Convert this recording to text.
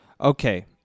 Okay